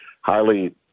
highly